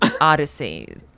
odyssey